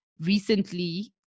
recently